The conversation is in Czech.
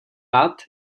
rád